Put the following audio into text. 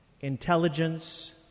intelligence